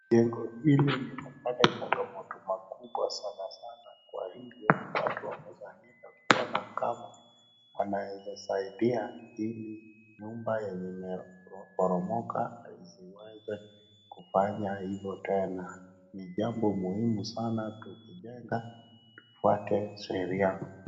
Jengo hili limepata changamoto makubwa sana sana kwa hivyo watu wamekusanyika kuona kama wanaweza saidia ili nyumba yenye imeporomoka ziweze kufanya hizo tena. Ni jambo muhimu sana tukijenga tufuate sheria.